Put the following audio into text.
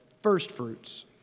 firstfruits